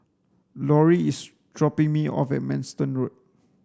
Lorie is dropping me off at Manston Road